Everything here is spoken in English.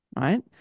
right